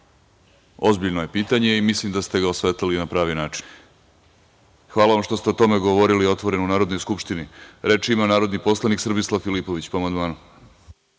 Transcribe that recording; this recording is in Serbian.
Ozbiljno je pitanje i mislim da ste ga osvetlali na pravi način. Hvala vam što ste o tome govorili otvoreno u Narodnoj skupštini. Reč ima narodni poslanik Srbislav Filipović,